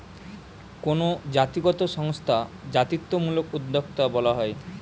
কোনো জাতিগত সংস্থা জাতিত্বমূলক উদ্যোক্তা বলা হয়